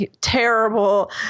terrible